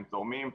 הם תורמים.